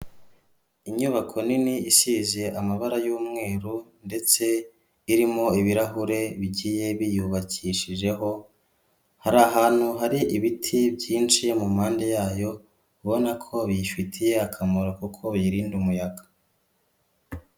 Inyubako nini isize amabara y'umweru ndetse irimo ibirahure bigiye biyubakishijeho, hari ahantu hari ibiti byinshi mu mpande yayo ubona ko biyifitiye akamaro kuko biyirinda umuyaga.